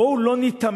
בואו לא ניתמם,